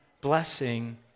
blessing